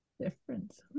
Difference